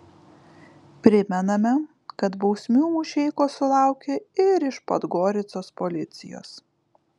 primename kad bausmių mušeikos sulaukė ir iš podgoricos policijos